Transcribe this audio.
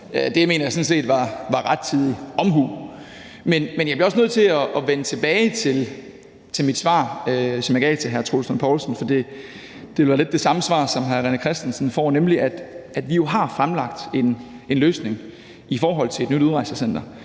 jeg sådan set var rettidig omhu. Men jeg bliver også nødt til at vende tilbage til mit svar, som jeg gav til hr. Troels Lund Poulsen, for det er lidt det samme svar, som hr. René Christensen får, nemlig at vi jo har fremlagt en løsning i forhold til et nyt udrejsecenter,